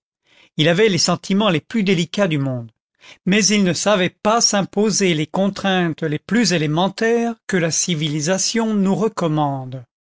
il avait les sentiments les plus délicats du monde mais il ne savait pas s'imposer les contraintes les plus élémentaires que la civilisation nous recommande